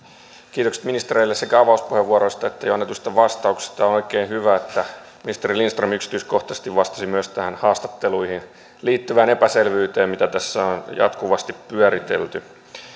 kiitokset ministereille sekä avauspuheenvuoroista että jo annetuista vastauksista on oikein hyvä että ministeri lindström yksityiskohtaisesti vastasi myös tähän haastatteluihin liittyvään epäselvyyteen mitä tässä on jatkuvasti pyöritelty